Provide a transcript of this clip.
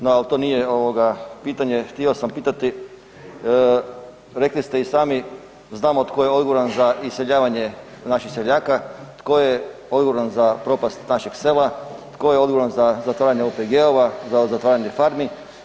No al to nije ovoga pitanje, htio sam pitati, rekli ste i sami znamo tko je odgovoran za iseljavanje naših seljaka, tko je odgovoran za propast našeg sela, tko je odgovoran za zatvaranje OPG-ova, za zatvaranje farmi.